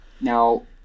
Now